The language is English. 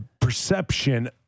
perception